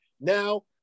Now